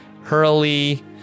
Hurley